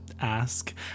ask